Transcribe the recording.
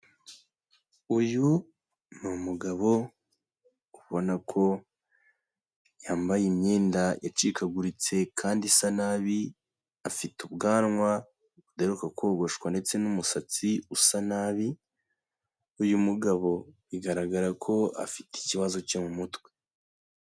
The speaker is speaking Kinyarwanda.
Uyu ni umugabo ubona ko yambaye imyenda yacikaguritse kandi isa nabi, afite ubwanwa budaheruka kogoshwa ndetse n'umusatsi usa nabi, uyu mugabo bigaragara ko afite ikibazo cyo mu mutwe.